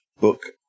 book